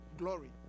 Glory